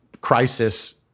crisis